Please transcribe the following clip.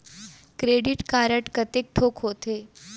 Credit card कतेक ठोक होथे?